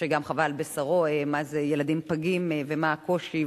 שגם חווה על בשרו מה זה ילדים פגים ומה הקושי,